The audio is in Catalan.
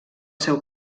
seu